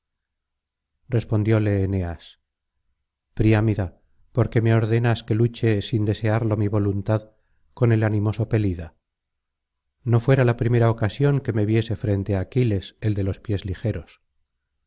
respondióle eneas priámida porqué me ordenas que luche sin desearlo mi voluntad con el animoso pelida no fuera la primera ocasión que me viese frente á aquiles el de los pies ligeros